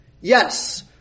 Yes